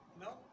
No